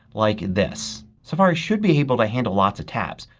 like this. safari should be able to handle lots of tabs.